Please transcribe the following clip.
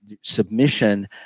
submission